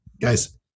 guys